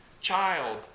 child